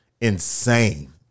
Insane